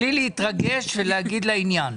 בלי להתרגש ולדבר לעניין,